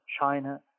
China